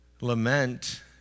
lament